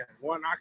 one